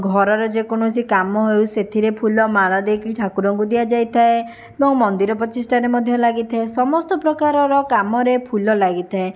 ଘରର ଯେକୌଣସି କାମ ହେଉ ସେଥିରେ ଫୁଲମାଳ ଦେଇକି ଠାକୁରଙ୍କୁ ଦିଆଯାଇଥାଏ ଏବଂ ମନ୍ଦିର ପ୍ରତିଷ୍ଠାରେ ମଧ୍ୟ ଲାଗିଥାଏ ସମସ୍ତ ପ୍ରକାରର କାମରେ ଫୁଲ ଲାଗିଥାଏ